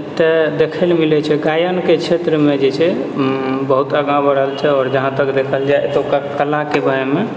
एतए देखैला मिलै छै गायनके क्षेत्रमे जे छै बहुत आगाँ बढ़ल छै आओर जहाँ तक देखल जाइ तऽ ओकरा कलाके बारेमे